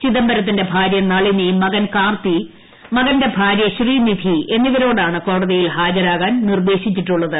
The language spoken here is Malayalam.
ചിദംബരത്തിന്റെ ഭാര്യ നളിനി മകൻ കാർത്തി മകന്റെ ഭാര്യ ശ്രീനിഥി എന്നിവരോടാണ് കോടതിയിൽ ഹാജരാകാൻ നിർദ്ദേശിച്ചിട്ടുള്ളത്